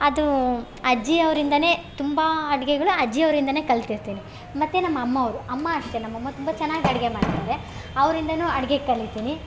ಅದು ಅಜ್ಜಿಯವರಿಂದನೇ ತುಂಬ ಅಡುಗೆಗಳು ಅಜ್ಜಿಯವರಿಂದನೇ ಕಲ್ತಿರ್ತೀನಿ ಮತ್ತು ನಮ್ಮ ಅಮ್ಮನವ್ರು ಅಮ್ಮ ಅಷ್ಟೆ ನಮ್ಮಾಮ್ಮ ತುಂಬ ಚೆನ್ನಾಗ್ ಅಡುಗೆ ಮಾಡ್ತಾರೆ ಅವರಿಂದನೂ ಅಡುಗೆ ಕಲಿತೀನಿ